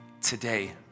today